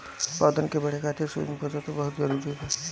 पौधन के बढ़े खातिर सूक्ष्म पोषक तत्व बहुत जरूरी बा